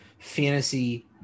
fantasy